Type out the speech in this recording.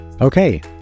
Okay